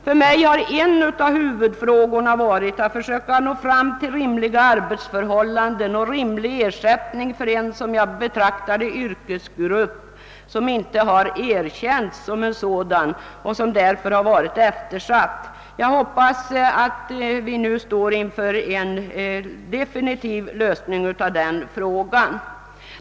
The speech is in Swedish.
För mig har en av huvudfrågorna varit att försöka nå fram till rimliga arbetsförhållanden och rimlig ersättning för en yrkesgrupp som enligt min mening inte erkänts som en sådan och som därför varit eftersatt. Jag hoppas att vi nu står inför en definitiv lösning av denna fråga.